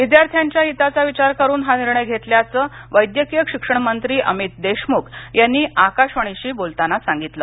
विद्यार्थ्यांच्या हिताचा विचार करून हा निर्णय घेतल्याचं वैद्यकीय शिक्षण मंत्री अमित देशमुख यांनी आकाशवाणीशी बोलताना सांगितलं